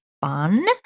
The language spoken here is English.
fun